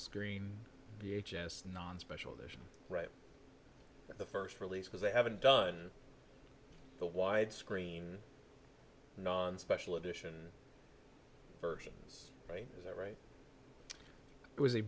screen v h s non special edition right the first release because they haven't done the widescreen non special edition versions right there right it was a